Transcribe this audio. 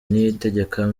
niyitegeka